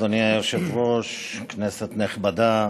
אדוני היושב-ראש, כנסת נכבדה,